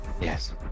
Yes